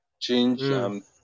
change